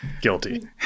Guilty